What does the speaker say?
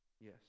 yes